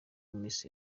miss